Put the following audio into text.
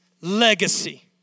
Legacy